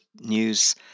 news